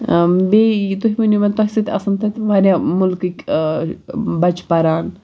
بیٚیہِ تُہۍ ؤنِو مےٚ یہِ تۄہہِ سٟتۍ آسَن واریاہ مٔلکٕکۍ بَچہِ پَران